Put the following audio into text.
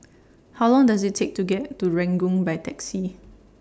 How Long Does IT Take to get to Ranggung By Taxi